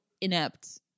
inept